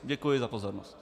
Děkuji za pozornost.